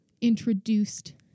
introduced